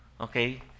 Okay